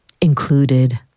included